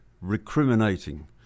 recriminating